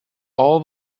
all